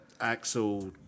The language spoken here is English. Axel